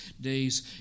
days